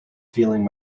feeling